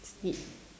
sleep